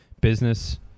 business